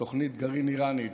של תוכנית גרעין איראנית,